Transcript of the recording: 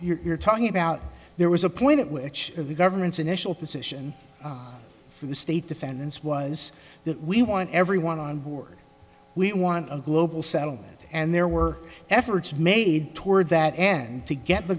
know you're talking about there was a point at which the government's initial position from the state defendants was that we want everyone on board we want a global settlement and there were efforts made toward that end to get the